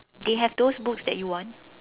they have those books that you want